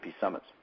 summits